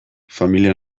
familia